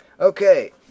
okay